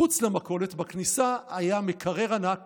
מחוץ למכולת, בכניסה, היה מקרר ענק